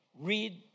read